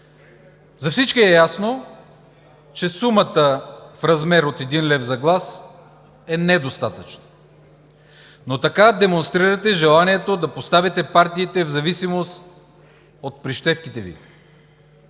За всички е ясно, че сумата в размер от един лев за глас е недостатъчна, но така демонстрирате желанието да поставите партиите в зависимост от прищевките Ви.